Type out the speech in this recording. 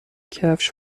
کفش